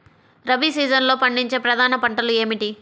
రబీ సీజన్లో పండించే ప్రధాన పంటలు ఏమిటీ?